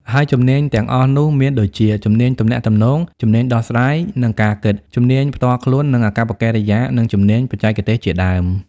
ហើយជំនាញទាំងអស់នោះមានដូចជា ជំនាញទំនាក់ទំនង ជំនាញដោះស្រាយ និងការគិត ជំនាញផ្ទាល់ខ្លួន និងអាកប្បកិរិយា និងជំនាញបច្ចេកទេសជាដើម។